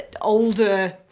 older